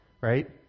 right